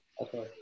Okay